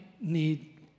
need